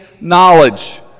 knowledge